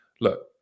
look